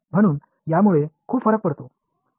आणि यामुळे खूप फरक पडतो